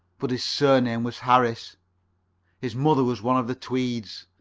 but his surname was harris his mother was one of the tweeds.